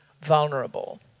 vulnerable